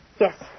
Yes